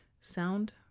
Sound